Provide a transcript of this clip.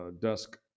desk